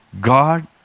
God